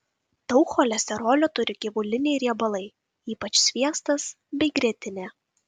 daug cholesterolio turi gyvuliniai riebalai ypač sviestas bei grietinė